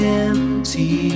empty